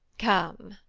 come,